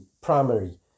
primary